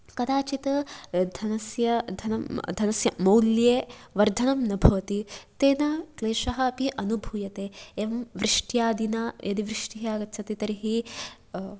कदाचित् धनस्य धनं धनस्य मौल्ये वर्धनं न भवति तेन क्लेशः अपि अनुभूयते एवं वृष्ट्यादिना यदि वृष्टिः आगच्छति तर्हि